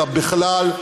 אלא בכלל,